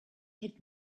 had